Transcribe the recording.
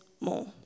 more